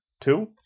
two